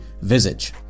Visage